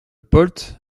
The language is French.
polt